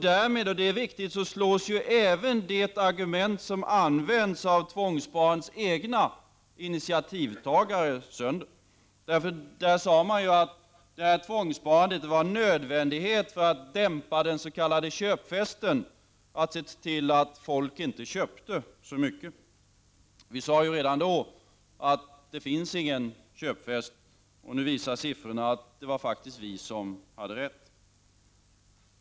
Därmed, och det är viktigt, slås ju även det argument som anförs av tvångssparandets egna initiativtagare sönder, nämligen att tvångssparandet var en nödvändighet för att dämpa den s.k. köpfesten, att se till att folk inte köpte så mycket. Vi moderater sade redan då att det inte finns någon köpfest. Nu visar siffrorna att det faktiskt var vi som hade rätt.